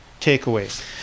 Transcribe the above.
takeaways